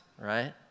right